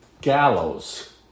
gallows